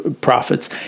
profits